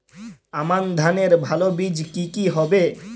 আমান ধানের ভালো বীজ কি কি হবে?